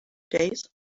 days